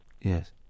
Yes